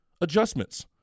adjustments